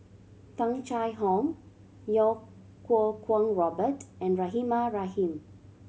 Tung Chye Hong Iau Kuo Kwong Robert and Rahimah Rahim